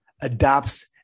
adopts